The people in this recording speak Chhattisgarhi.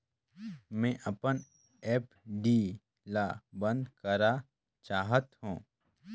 मैं अपन एफ.डी ल बंद करा चाहत हों